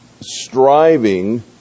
striving